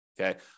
Okay